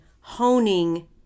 honing